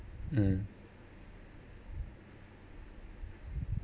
mm